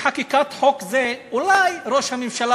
עם חקיקת חוק זה אולי ראש הממשלה